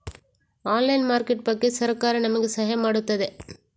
Online market ಬಗ್ಗೆ ಸರಕಾರ ನಮಗೆ ಸಹಾಯ ಮಾಡುತ್ತದೆ?